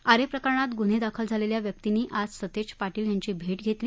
आरे प्रकरणात गुन्हे दाखल झालेल्या व्यक्तींनी आज सतेज पाटील यांची भेट घेतली